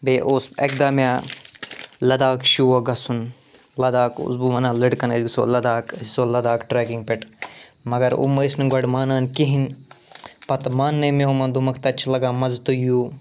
بیٚیہِ اوس اَکہِ دۄہ مےٚ لداخ شوق گژھُن لَداخ اوسُس بہٕ وَنان لٔڑکَن أسۍ گژھو لداخ أسۍ گژھو لداخ ٹرٛیٚکِنٛگ پٮ۪ٹھ مگر یِم ٲسۍ نہٕ گۄڈٕ مانان کِہیٖنۍ پتہٕ مانٛنٲے مےٚ یِمَن دوٚپمَکھ تَتہِ چھُ لَگان مَزٕ تُہۍ یِیُو